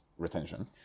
retention